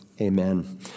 Amen